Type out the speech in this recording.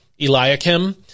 Eliakim